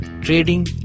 trading